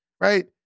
right